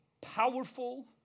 powerful